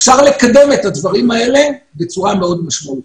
אפשר לקדם את הדברים האלה בצורה מאוד משמעותית.